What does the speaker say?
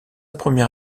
première